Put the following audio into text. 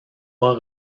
pas